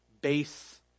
base